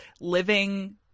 living